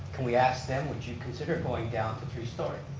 can we ask them would you consider going down to three stories?